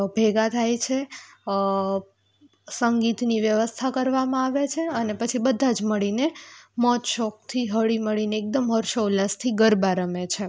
ભેગા થાય છે સંગીતની વ્યવસ્થા કરવામાં આવે છે અને પછી બધા જ મળીને મોજ શોખથી હળીમળીને એકદમ હર્ષોલ્લાસથી ગરબા રમે છે